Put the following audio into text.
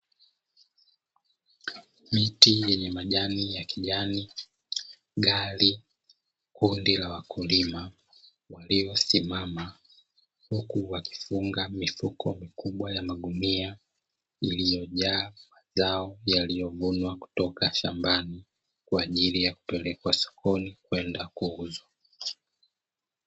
Miti yenye majani ya kijani, gari, kundi la wakulima waliosimama huku wakifunga mifuko mikubwa ya magunia iliyojaa zao yaliyovunwa kutoka shambani, kwa ajili ya kupeleka sokoni kwenda kuuzwa.